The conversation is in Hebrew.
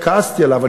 כעסתי עליו.